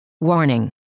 Warning